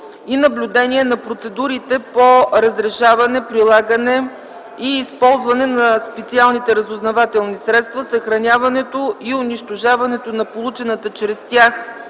и наблюдение на процедурите по разрешаване, прилагане и използване на специалните разузнавателни средства, съхраняването и унищожаването на получената чрез тях